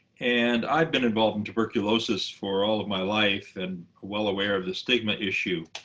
and i've been involved in tuberculosis for all of my life and well aware of the stigma issue.